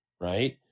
Right